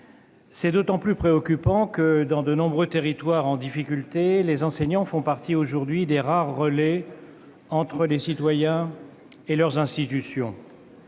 C'est d'autant plus préoccupant que, dans de nombreux territoires en difficulté, les enseignants font aujourd'hui partie des rares relais entre les citoyens et leurs institutions.